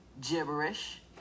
gibberish